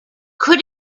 could